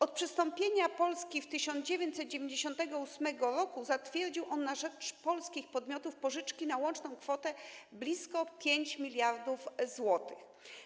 Od przystąpienia Polski w 1998 r. zatwierdził on na rzecz polskich podmiotów pożyczki na łączną kwotę blisko 5 mld zł.